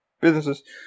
Businesses